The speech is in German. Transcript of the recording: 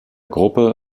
gruppe